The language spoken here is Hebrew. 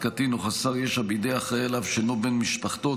קטין או חסר ישע בידי האחראי עליו שאינו בן משפחתו,